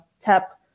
tap